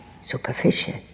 superficial